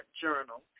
journal